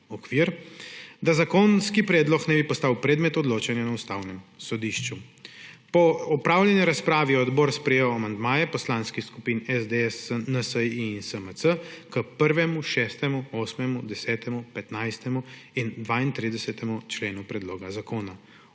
okvir, da zakonski predlog ne bi postal predmet odločanja na Ustavnem sodišču. Po opravljeni razpravi je odbor sprejel amandmaje poslanskih skupin SDS, NSi in SMC k 1., 6., 8., 10., 15. in 32. členu predloga zakona.